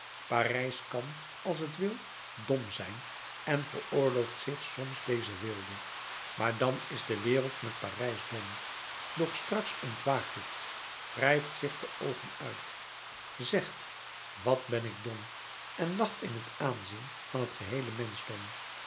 parijs kan als t wil dom zijn en veroorlooft zich soms deze weelde maar dan is de wereld met parijs dom doch straks ontwaakt het wrijft zich de oogen uit zegt wat ben ik dom en lacht in t aanzien van het